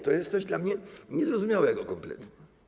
To jest coś dla mnie niezrozumiałego kompletnie.